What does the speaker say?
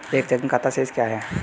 एक चेकिंग खाता शेष क्या है?